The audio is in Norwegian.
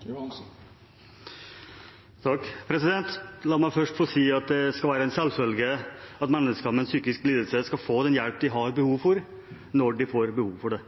tidleg fase. La meg først få si at det skal være en selvfølge at mennesker med en psykisk lidelse skal få den hjelpen de har behov for, når de får behov for den.